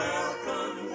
Welcome